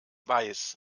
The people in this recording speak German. weiß